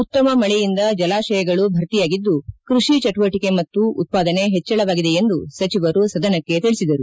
ಉತ್ತಮ ಮಳೆಯಿಂದ ಜಲಾಶಯಗಳು ಭರ್ತಿಯಾಗಿದ್ದು ಕೃಷಿ ಚಟುವಟಕೆ ಮತ್ತು ಉತ್ತಾದನೆ ಪೆಚ್ಚಳವಾಗಿದೆ ಎಂದೂ ಸಚಿವರು ಸದನಕ್ಕೆ ತಿಳಿಸಿದರು